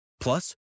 Plus